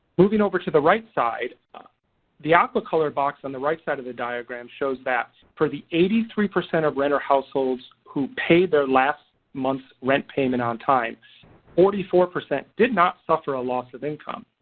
moving over to the right side ah the aqua colored box on the right side of the diagram shows that for the eighty three percent of renter households who paid their last month's rent payment on time forty four percent did not suffer a loss of income.